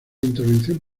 intervención